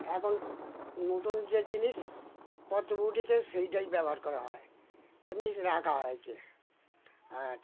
এখন নতুন যে জিনিসপত্র উঠেছে সেটাই ব্যবহার করা হয় এমনি রাখা হয়েছে আর